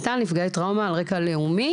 אני מאוד מסכימה על שוויון,